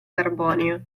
carbonio